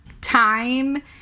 time